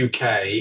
UK